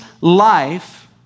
life